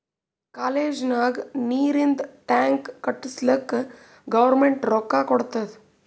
college ನಾಗ್ ನೀರಿಂದ್ tank ಕಟ್ಟುಸ್ಲಕ್ ಗೌರ್ಮೆಂಟ್ ರೊಕ್ಕಾ ಕೊಟ್ಟಾದ್